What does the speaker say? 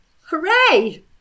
Hooray